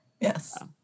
yes